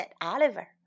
Oliver